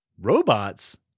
Robots